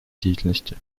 деятельности